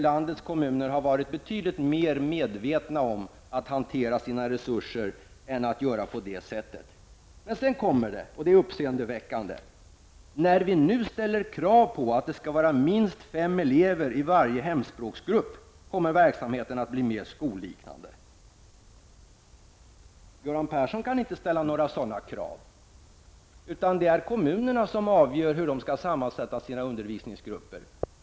Landets kommuner har varit betydligt mer medvetna om att hantera sina resurser än att göra på detta sätt. Vidare säger Göran Persson, vilket är uppseendeväckande: : ''När vi nu ställer krav på att det skall vara minst fem elever i varje hemspråksgrupp, kommer verksamheten att bli mer skolliknande --''. Göran Persson kan inte ställa några sådana krav. Det är kommunerna som avgör hur de skall sammansätta sina undervisningsgrupper.